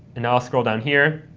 now i'll scroll down here,